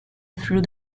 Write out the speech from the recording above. through